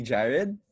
Jared